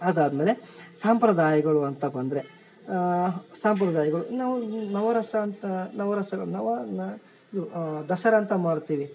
ಅದಾದಮೇಲೆ ಸಂಪ್ರದಾಯಗಳು ಅಂತ ಬಂದರೆ ಸಂಪ್ರದಾಯಗಳು ನಾವು ನವರಸ ಅಂತ ನವರಸಗಳು ನವ ನಾ ಯು ದಸರಾ ಅಂತ ಮಾಡ್ತೀವಿ